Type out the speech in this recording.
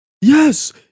Yes